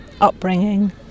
upbringing